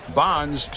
bonds